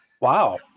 Wow